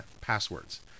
passwords